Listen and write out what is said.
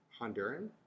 Honduran